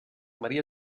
maria